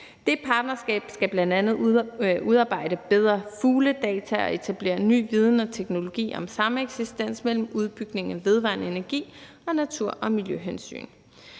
Det partnerskab skal bl.a. udarbejde bedre fugledata og etablere ny viden og teknologi om sameksistens mellem en udbygning af vedvarende energi og natur- og miljøhensyn.